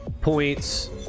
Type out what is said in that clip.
points